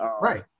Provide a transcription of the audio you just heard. right